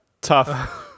tough